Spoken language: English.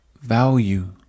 value